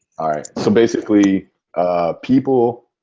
alright so basically people